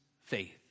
faith